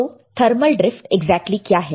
तो thermal drift exactly क्या है